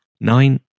nine